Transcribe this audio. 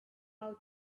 how